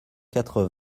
quatre